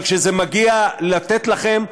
אבל כשזה מגיע ללתת לכם,